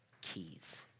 keys